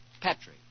Petri